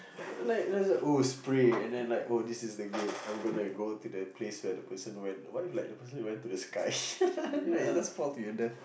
like there oh spray and then like oh this is the gate I'm gonna go to the place where the person went why like the person went to the sky like you just fall to the death